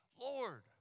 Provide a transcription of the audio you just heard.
Lord